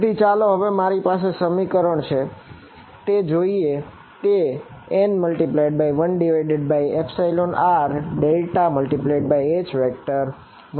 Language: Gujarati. તેથી ચાલો હવે મારી પાસે જે સમીકરણ છે તે જોઈએ